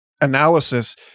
analysis